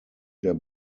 der